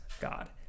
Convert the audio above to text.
god